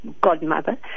godmother